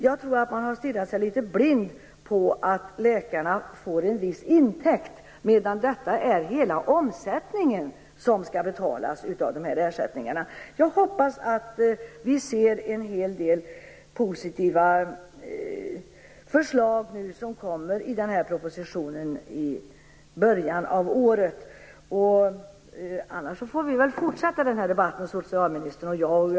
Jag tror att man har stirrat sig litet blind på att läkarna får en viss intäkt, medan det är hela omsättningen som skall betalas av ersättningarna. Jag hoppas att vi kommer att få se en hel del positiva förslag i den proposition som nu kommer i början av året. Annars får väl socialministern och jag fortsätta denna debatt.